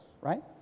right